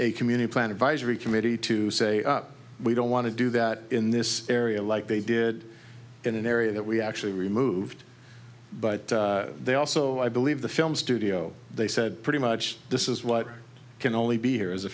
a community plan advisory committee to say we don't want to do that in this area like they did in an area that we actually removed but they also i believe the film studio they said pretty much this is what can only be here is a